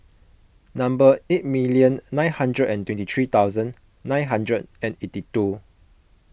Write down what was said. number eight million nine hundred and twenty three thousand nine hundred and eighty two